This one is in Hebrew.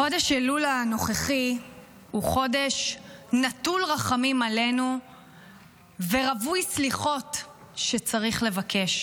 חודש אלול הנוכחי הוא חודש נטול רחמים עלינו ורווי סליחות שצריך לבקש.